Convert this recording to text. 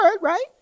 right